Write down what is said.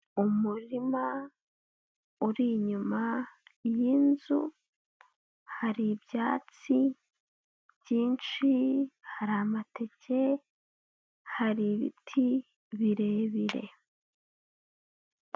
Umurima uri inyuma y'inzu, hari ibyatsi byinshi, hari amateke, hari ibiti birebire.